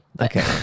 Okay